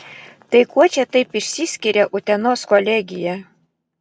tai kuo čia taip išsiskiria utenos kolegija